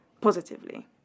positively